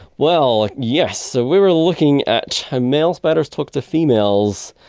well, yes. so we were looking at how male spiders talk to females.